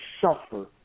suffer